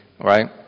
right